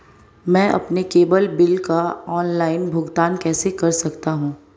मैं अपने cable bill का ऑनलाइन भुगतान कैसे कर सकता हूं?